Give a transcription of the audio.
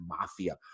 mafia